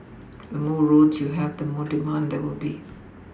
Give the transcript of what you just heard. the more roads you have the more demand there will be